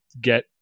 get